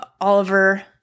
Oliver